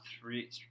three